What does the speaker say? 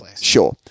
Sure